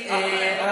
אבו ח'ודיפה.) זה לא,